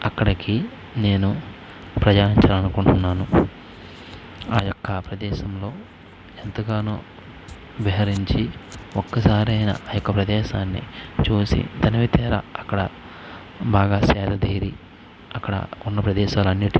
అక్కడికి నేను ప్రయాణించాలి అనుకుంటున్నాను ఆయొక్క ప్రదేశంలో ఎంతగానో విహరించి ఒక్కసారైనా ఆ యొక్క ప్రదేశాన్ని చూసి తనివితీరా అక్కడ బాగా సేద తీరి అక్కడ వున్న ప్రదేశాలన్నిటినీ